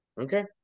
Okay